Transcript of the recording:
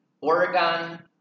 Oregon